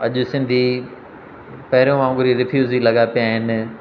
अॼु सिंधी पहिरियों वाङुर ई रिफ्यूजी लॻा पिया आहिनि